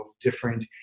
different